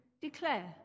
declare